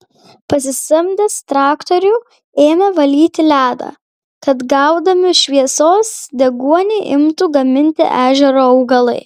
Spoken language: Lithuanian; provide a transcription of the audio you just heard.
pasisamdęs traktorių ėmė valyti ledą kad gaudami šviesos deguonį imtų gaminti ežero augalai